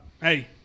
hey